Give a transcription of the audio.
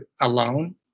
alone